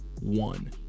one